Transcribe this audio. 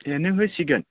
एह नों होसिगोन